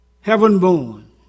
heaven-born